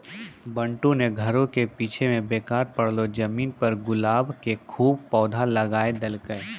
बंटू नॅ घरो के पीछूं मॅ बेकार पड़लो जमीन पर गुलाब के खूब पौधा लगाय देलकै